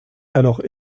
alors